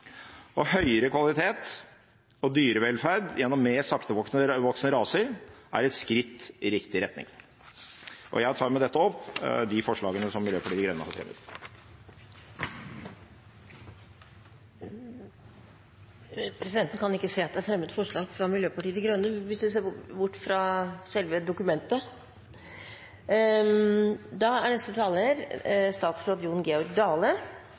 Høyere kvalitet og dyrevelferd gjennom mer saktevoksende raser er et skritt i riktig retning. Jeg tar med dette opp de forslagene som Miljøpartiet De Grønne har fremmet. Presidenten kan ikke se at det er fremmet forslag fra Miljøpartiet De Grønne annet enn dem som er fremmet i selve dokumentet. I likskap med Miljøpartiet Dei Grøne er